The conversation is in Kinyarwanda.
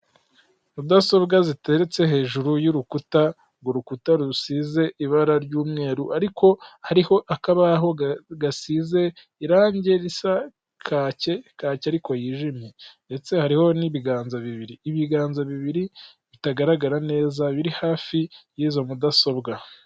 Mudasobwa ziteretse hejuru y'urukuta, urukuta rusize ibara ry'umweru, ariko hariho akabaho gasize irangi risa kaki, kaki ariko yijimye ndetse hariho n'ibiganza bibiri bitagaragara neza biri hafi y'izo mudasobwa.